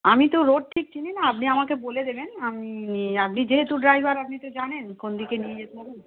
আমি তো রোড ঠিক চিনি না আপনি আমাকে বলে দেবেন আমি আপনি যেহেতু ড্রাইভার আপনি তো জানেন কোন দিকে নিয়ে যেতে হবে